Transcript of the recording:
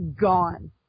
gone